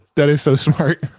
that is so smart.